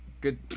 Good